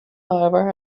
however